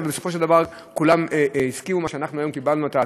אבל בסופו של דבר כולם הסכימו להצעה שקיבלנו היום בוועדה.